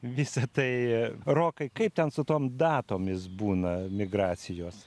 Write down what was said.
visa tai rokai kaip ten su tom datomis būna migracijos